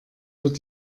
wird